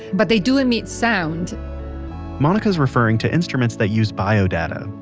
but they do admit sound monica is referring to instruments that use bio data.